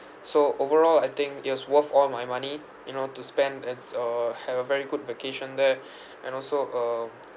so overall I think it was worth all my money you know to spend it's a have a very good vacation there and also um